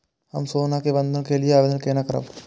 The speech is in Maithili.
हम सोना के बंधन के लियै आवेदन केना करब?